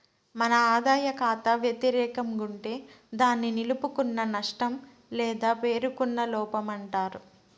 మన ఆదాయ కాతా వెతిరేకం గుంటే దాన్ని నిలుపుకున్న నష్టం లేదా పేరుకున్న లోపమంటారు